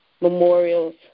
memorials